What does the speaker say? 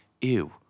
ew